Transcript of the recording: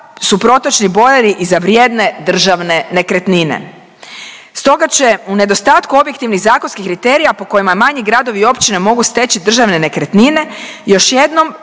su protočni bojleri i za vrijedne državne nekretnine. Stoga će u nedostatku objektivnih zakonskih kriterija po kojima manji gradovi i općine mogu steći državne nekretnine, još jednom